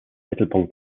mittelpunkt